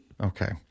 Okay